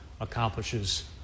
accomplishes